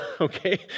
okay